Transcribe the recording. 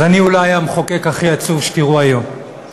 אז אני אולי המחוקק הכי עצוב שתראו היום.